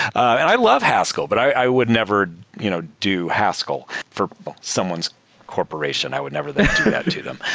i love haskell, but i would never you know do haskell for someone's corporation. i would never do that to them.